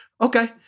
okay